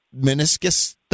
meniscus